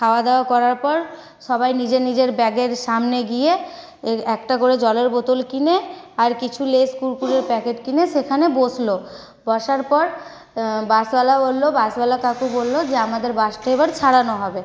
খাওয়া দাওয়া করার পর সবাই নিজের নিজের ব্যাগের সামনে গিয়ে এর একটা করে জলের বোতল কিনে আর কিছু লেস কুরকুরের প্যাকেট কিনে সেখানে বসলো বসার পর বাসওয়ালা বললো বাসওয়ালা কাকু বললো যে আমাদের বাসটা এবার ছাড়ানো হবে